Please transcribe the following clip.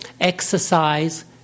exercise